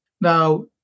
Now